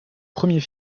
premier